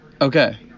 Okay